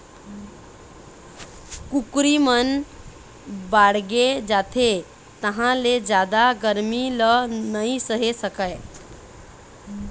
कुकरी मन बाड़गे जाथे तहाँ ले जादा गरमी ल नइ सहे सकय